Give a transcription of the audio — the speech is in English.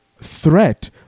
threat